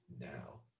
now